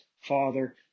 father